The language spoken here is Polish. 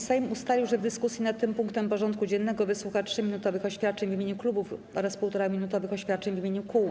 Sejm ustalił, że w dyskusji nad tym punktem porządku dziennego wysłucha 3-minutowych oświadczeń w imieniu klubów oraz 1,5-minutowych oświadczeń w imieniu kół.